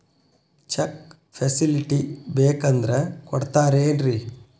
Check facility ಬೇಕಂದ್ರ ಕೊಡ್ತಾರೇನ್ರಿ?